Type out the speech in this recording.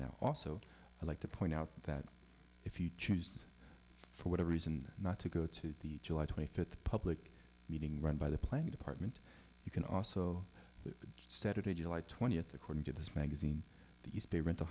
now also i'd like to point out that if you choose for whatever reason not to go to the july twenty fifth public meeting run by the planning department you can also set a date july twentieth according to this magazine that you pay rent